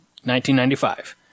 1995